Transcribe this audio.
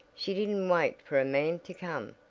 she didn't wait for a man to come.